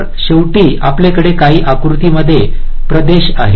तर शेवटी आपल्याकडे काही आयताकृती प्रदेश आहेत